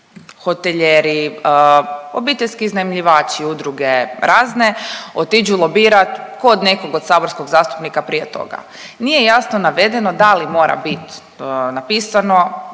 hotelijeri, obiteljski iznajmljivači, udruge razne otiđu lobirati kod nekog od saborskog zastupnika prije toga, nije jasno navedeno da li mora biti napisano,